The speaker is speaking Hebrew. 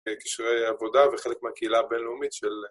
קשרי עבודה וחלק מהקהילה הבינלאומית של...